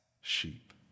sheep